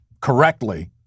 correctly